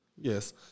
Yes